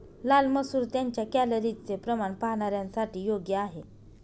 लाल मसूर त्यांच्या कॅलरीजचे प्रमाण पाहणाऱ्यांसाठी योग्य आहे